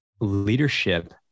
leadership